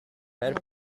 per